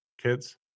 kids